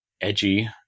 edgy